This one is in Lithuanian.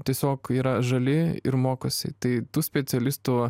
tiesiog yra žali ir mokosi tai tų specialistų